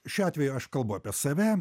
šiuo atveju aš kalbu apie save